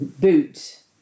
boot